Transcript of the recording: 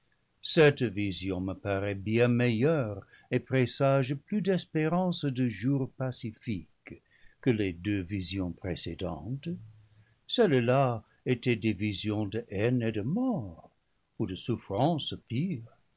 cette vision me paraît bien meilleure et présage plus d'espérance de jours pacifiques que les deux visions précé dentes celles-là étaient des visions de haine et de mort ou de souffrances pires